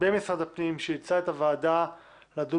במשרד הפנים שאילצה את הוועדה לדון